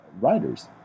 writers